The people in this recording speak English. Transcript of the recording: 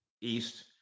East